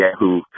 Yahoo